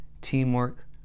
teamwork